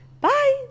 Bye